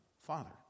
Father